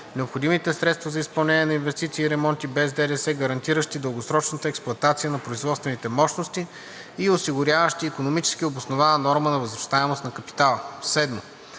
необходимите средства за изпълнение на инвестиции и ремонти без ДДС, гарантиращи дългосрочната експлоатация на производствените мощности и осигуряващи икономически обоснована норма на възвръщаемост на капитала.